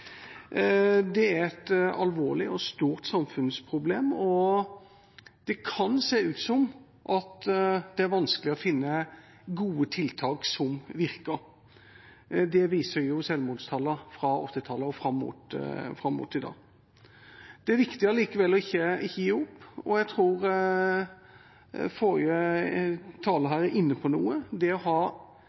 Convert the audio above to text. Det er et alvorlig og stort samfunnsproblem. Det kan se ut som det er vanskelig å finne gode tiltak som virker, det viser selvmordstallene fra 1980-tallet og fram mot i dag. Det er allikevel viktig ikke å gi opp, og jeg tror forrige taler var inne på noe. Å ha lavterskeltilbud, å